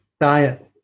diet